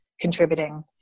contributing